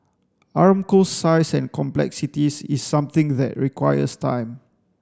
Aramco's size and complexities is something that requires time